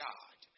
God